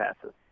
passes